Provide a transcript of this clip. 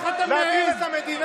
להטריל את המדינה.